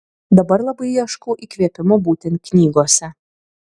dabar labai ieškau įkvėpimo būtent knygose